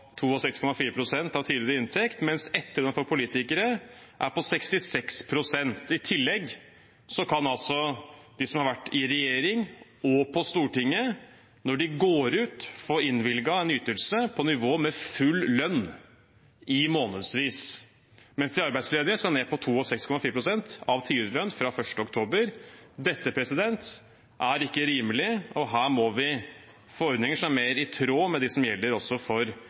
av tidligere inntekt, mens etterlønn for politikere er på 66 pst. I tillegg kan altså de som har vært i regjering og på Stortinget, når de går ut, få innvilget en ytelse på nivå med full lønn i månedsvis, mens de arbeidsledige skal ned på 62,4 pst. av tidligere lønn fra 1. oktober. Dette er ikke rimelig, og her må vi få ordninger som er mer i tråd med det som gjelder for vanlige folk. Rødt mener at sikkerhetsnettet for